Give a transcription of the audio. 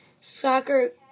soccer